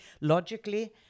logically